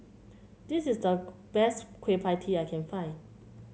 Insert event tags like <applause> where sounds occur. this is the best <unintelligible> Kueh Pie Tee I can find